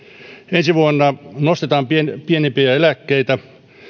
ensi vuonna nostetaan pienimpiä pienimpiä eläkkeitä